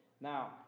Now